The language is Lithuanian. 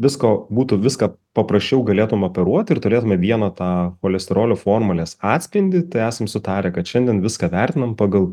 visko būtų viską paprasčiau galėtum operuot ir turėtume vieną tą cholesterolio formulės atspindį tai esam sutarę kad šiandien viską vertinam pagal